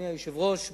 אדוני היושב-ראש,